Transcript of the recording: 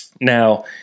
Now